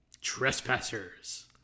Trespassers